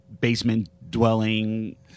basement-dwelling